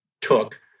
took